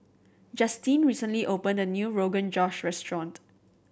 Justine recently opened a new Rogan Josh Restaurant